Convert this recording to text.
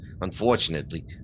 Unfortunately